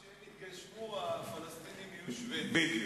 כשהן יתגשמו, הפלסטינים יהיו, בדיוק.